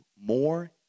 more